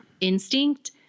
instinct